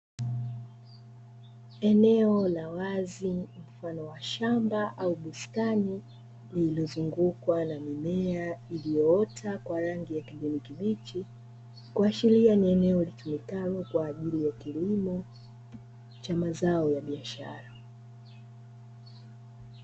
Eneo la wazi mfano wa shamba au bustani lililozungukwa na mimea iliyoota kwa rangi ya kijani kibichi, kuashiria ni eneo linalotumika kwa ajili ya kilimo cha mazao ya biashara.